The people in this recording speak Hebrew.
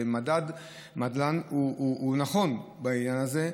ומדד מדלן הוא נכון בעניין הזה,